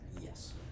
Yes